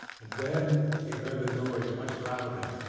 and then he heard the noise much louder,